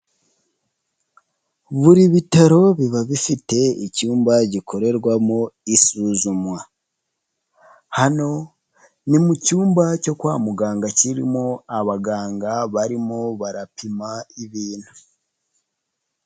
Buri bitaro biba bifite icyumba gikorerwamo isuzuma. Hano ni mu cyumba cyo kwa muganga kirimo abaganga barimo barapima ibintu.